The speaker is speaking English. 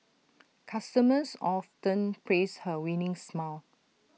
customers often praise her winning smile